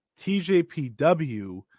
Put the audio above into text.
TJPW